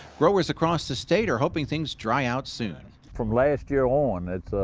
growers across the state are hoping things dry out soon. from last year on, it's,